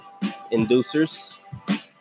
inducers